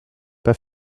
pas